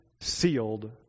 sealed